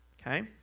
okay